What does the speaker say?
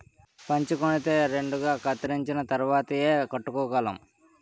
పంచకొనితే రెండుగా కత్తిరించిన తరువాతేయ్ కట్టుకోగలం